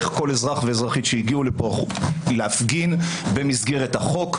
כל אזרח ואזרחית שהגיעו לפה להפגין במסגרת החוק.